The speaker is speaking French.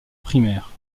primaire